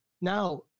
Now